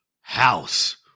house